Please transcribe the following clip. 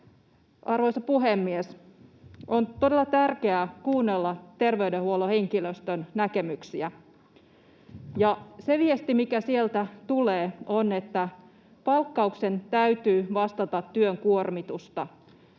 Arvoisa puhemies! On todella tärkeää kuunnella terveydenhuollon henkilöstön näkemyksiä, ja se viesti, mikä sieltä tulee, on, että palkkauksen täytyy vastata työn kuormitusta.